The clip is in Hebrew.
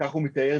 כך הוא מתאר,